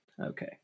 Okay